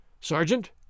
Sergeant